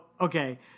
okay